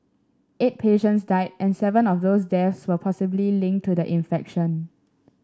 eight patients died and seven of those deaths were possibly linked to the infection